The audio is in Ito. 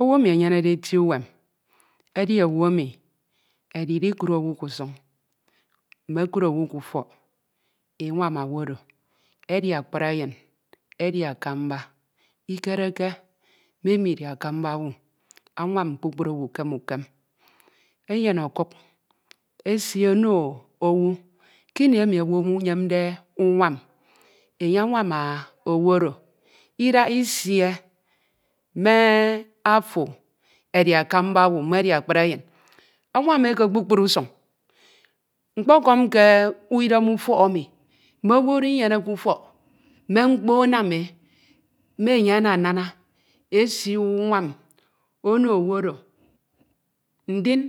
Owu emi enyenede eti uwem, edi owu emi edide ikud owu ke usuñ me okud owu k'ufọ ewam owu oro, edi akpri enyin, edi akamba, ikereke me imo edi akamba owu, anwam kpukpru owu ukem ukem. Enyene ọkuk esi ono owu, kini emi owu enyemde unwam, enye anwam owu oro, idaha isie me afo edi akamba owu me edi akpri enyin anwam e ke kpukpru usuñ nkpọkọm ke idem ufọk emi, me owu do inyeneke ufọk me mkpo anam e me enye anana, esi unwam ono owu oro. Ndin